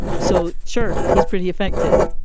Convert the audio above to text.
so, sure, he's pretty effective.